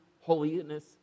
holiness